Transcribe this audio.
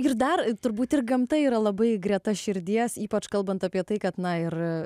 ir dar turbūt ir gamta yra labai greta širdies ypač kalbant apie tai kad na ir